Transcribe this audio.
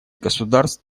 государств